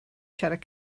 siarad